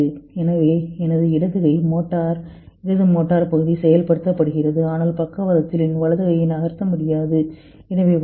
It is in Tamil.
எனவே எனது இடது கை மோட்டார் இடது மோட்டார் பகுதி செயல்படுத்தப்படுகிறது ஆனால் பக்கவாதத்தால் என் வலது கையை நகர்த்த முடியாது எனவே வரும் சமிக்ஞை